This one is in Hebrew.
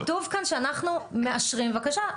כתוב כאן שאנחנו מאשרים בבקשה,